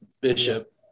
Bishop